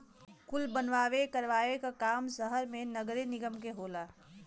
कुल बनवावे करावे क काम सहर मे नगरे निगम के होला